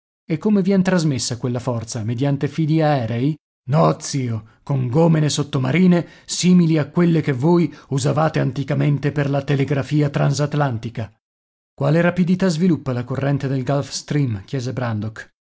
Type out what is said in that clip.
e come vien trasmessa quella forza mediante fili aerei no zio con gomene sottomarine simili a quelle che voi usavate anticamente per la telegrafia transatlantica quale rapidità sviluppa la corrente del gulf stream chiese brandok